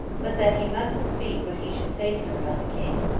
but that he must speak what he should say to him about the king,